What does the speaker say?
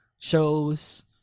shows